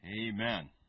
Amen